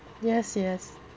yes yes